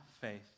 faith